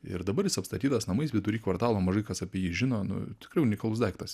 ir dabar jis apstatytas namais vidury kvartalo mažai kas apie jį žino nu tikrai unikalus daiktas